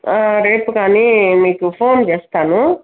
రేపు కాని మీకు ఫోన్ చేస్తాను